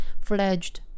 fledged